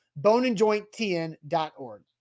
boneandjointtn.org